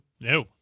No